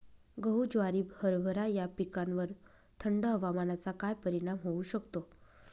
गहू, ज्वारी, हरभरा या पिकांवर थंड हवामानाचा काय परिणाम होऊ शकतो?